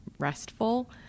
restful